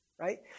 right